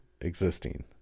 existing